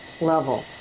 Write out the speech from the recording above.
level